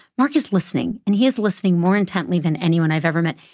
mark is listening. and he is listening more intently than anyone i've ever met.